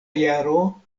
jaro